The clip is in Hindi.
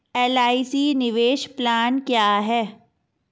एल.आई.सी निवेश प्लान क्या है?